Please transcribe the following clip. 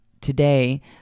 today